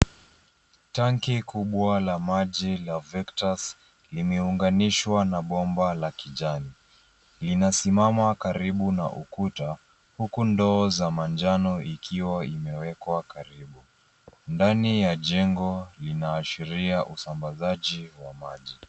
Tanki kubwa la maji la Vectus limeunganishwa na bomba la kijani. Linasimama karibu na ukuta, huku ndoo za manjano ikiwa imewekwa karibu. Ndani ya jengo linaashiria usambazaji wa maji.